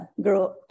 grow